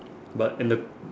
but and the